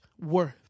worth